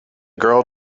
girl